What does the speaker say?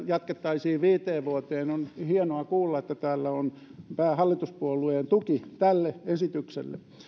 jatkettaisiin viiteen vuoteen on hienoa kuulla että täällä on päähallituspuolueen tuki tälle esitykselle